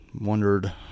wondered